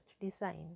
Design